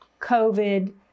COVID